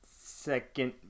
second